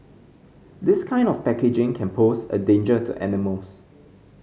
this kind of packaging can pose a danger to animals